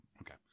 Okay